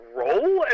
role